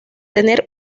tener